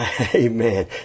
amen